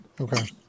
Okay